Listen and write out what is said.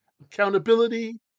Accountability